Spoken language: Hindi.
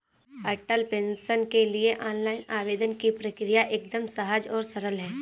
अटल पेंशन के लिए ऑनलाइन आवेदन की प्रक्रिया एकदम सहज और सरल है